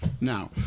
Now